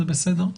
זה בסדר.